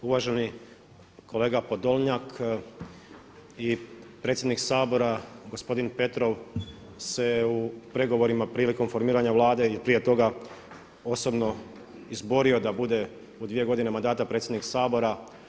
Uvaženi kolega Podolnjak i predsjednik Sabora gospodin Petrov se u pregovorima prilikom formiranja Vlade i prije toga osobno izborio da bude u dvije godine mandata predsjednik Sabora.